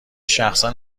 شخصا